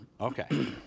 okay